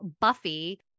Buffy